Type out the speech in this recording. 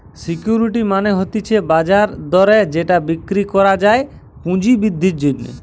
security মানে হতিছে বাজার দরে যেটা বিক্রি করা যায় পুঁজি বৃদ্ধির জন্যে